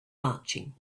marching